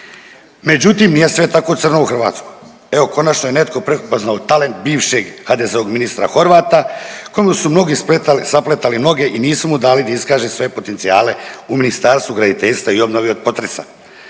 Međutim, nije sve tako crno u Hrvatskoj. Evo, konačno je netko prepoznao talent bivšeg HDZ-ovog ministra Horvata kojemu su mnogi sapletali noge i nisu mu dali da iskaže svoje potencijale u Ministarstvu graditeljstva i obnovi od potresa.